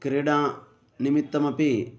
क्रीडा निमित्तमपि